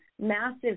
massive